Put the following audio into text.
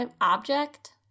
Object